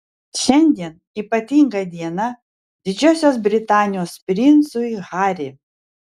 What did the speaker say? šiandien ypatinga diena didžiosios britanijos princui harry